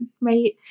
right